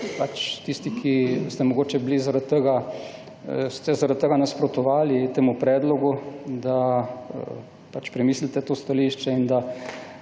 tisti, ki ste mogoče zaradi tega nasprotovali temu predlogu, da premislite to stališče in da